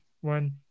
one